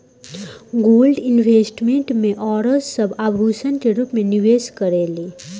gold investment में औरत सब आभूषण के रूप में निवेश करेली